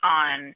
on